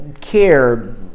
care